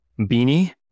beanie